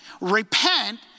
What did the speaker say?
repent